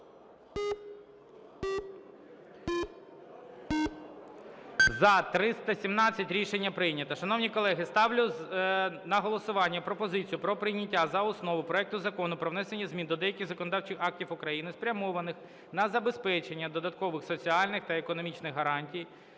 За-317 Рішення прийнято. Шановні колеги, ставлю на голосування пропозицію про прийняття за основу проекту Закону про внесення змін до деяких законодавчих актів України, спрямованих на забезпечення додаткових соціальних та економічних гарантій